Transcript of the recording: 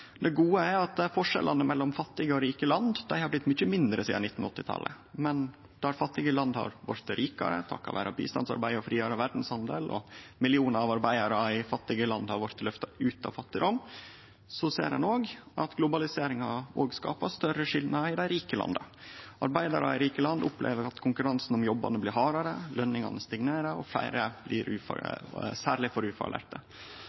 Det gode er at forskjellane mellom fattige og rike land har blitt mykje mindre sidan 1980-talet. Men der fattige land har blitt rikare takk vere bistandsarbeid og friare verdshandel – millionar av arbeidarar i fattige land har òg blitt løfta ut av fattigdom – ser ein òg at globaliseringa skapar større skilnader i dei rike landa. Arbeidarar i rike land opplever at konkurransen om jobbane blir hardare, og lønningane